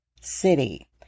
city